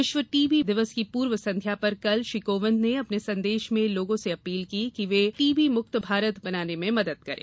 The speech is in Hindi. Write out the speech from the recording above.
विश्व टीबी दिवस की पूर्व संध्या पर कल श्री कोविंद ने अपने संदेश में लोगों से अपील की कि वे टीबी मुक्त भारत बनाने में मदद करें